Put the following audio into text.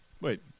Wait